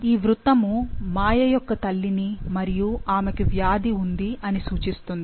ఈ వృత్తము మాయ యొక్క తల్లిని మరియు ఆమెకు వ్యాధి ఉంది అని సూచిస్తుంది